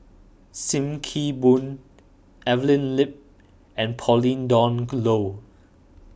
Sim Kee Boon Evelyn Lip and Pauline Dawn Loh